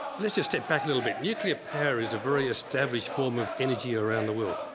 let's just step back a little bit nuclear power is a very established form of energy around the world.